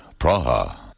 Praha